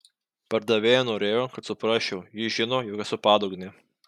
pardavėja norėjo kad suprasčiau ji žino jog esu padugnė